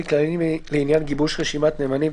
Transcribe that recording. (כללים לעניין גיבוש רשימת נאמנים),